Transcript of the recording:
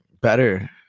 better